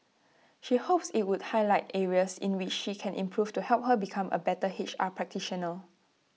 she hopes IT would highlight areas in which she can improve to help her become A better H R practitioner